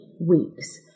weeks